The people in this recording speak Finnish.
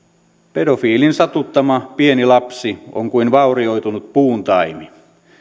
pedofiilin satuttama pieni lapsi on kuin vaurioitunut puuntaimi